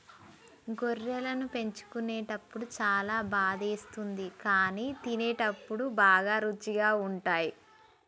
గొర్రెలను చంపేటప్పుడు చాలా బాధేస్తుంది కానీ తినేటప్పుడు బాగా రుచిగా ఉంటాయి